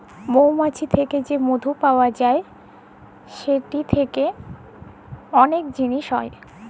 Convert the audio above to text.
মমাছি থ্যাকে যে মধু পাউয়া যায় সেখাল থ্যাইকে ম্যালা জিলিস হ্যয়